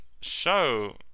show